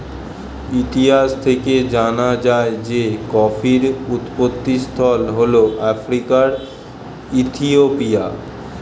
ইতিহাস থেকে জানা যায় যে কফির উৎপত্তিস্থল হল আফ্রিকার ইথিওপিয়া